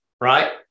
right